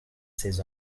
seize